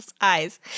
eyes